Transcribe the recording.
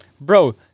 Bro